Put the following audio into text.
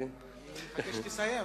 אני מחכה שתסיים.